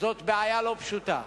זאת בעיה לא פשוטה.